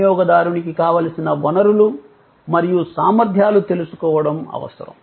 వినియోగదారునికి కావలసిన వనరులు మరియు సామర్థ్యాలు తెలుసుకోవడం అవసరం